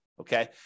okay